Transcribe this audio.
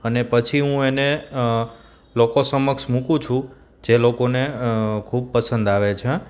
અને પછી હું એને લોકો સમક્ષ મૂકું છું જે લોકોને ખૂબ પસંદ આવે છે